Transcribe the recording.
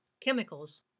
chemicals